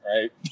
right